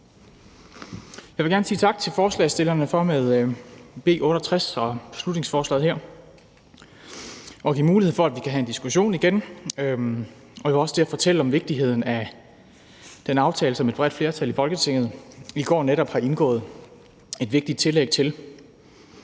Jeg vil gerne sige tak til forslagsstillerne for med B 68, beslutningsforslaget her, at give mulighed for, at vi igen kan have en diskussion, og jeg vil også der fortælle om vigtigheden af den aftale, som et bredt flertal i Folketinget i går netop har indgået et vigtigt tillæg til.